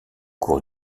cour